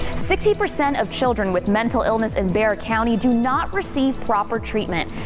sixty percent of children with mental illness in bexar county do not receive proper treatment.